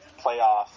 playoff